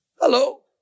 Hello